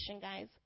guys